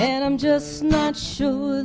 and i'm just not sure